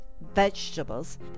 vegetables